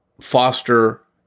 foster